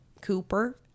Cooper